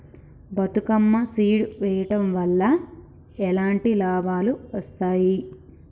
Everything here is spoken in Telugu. బతుకమ్మ సీడ్ వెయ్యడం వల్ల ఎలాంటి లాభాలు వస్తాయి?